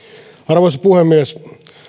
arvoisa puhemies